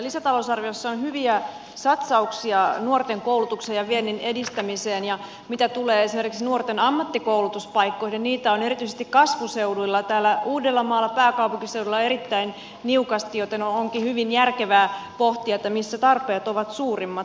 lisätalousarviossa on hyviä satsauksia nuorten koulutukseen ja viennin edistämiseen ja mitä tulee esimerkiksi nuorten ammattikoulutuspaikkoihin niin niitä on erityisesti kasvuseuduilla täällä uudellamaalla pääkaupunkiseudulla erittäin niukasti joten onkin hyvin järkevää pohtia missä tarpeet ovat suurimmat